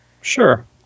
sure